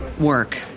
work